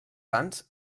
sants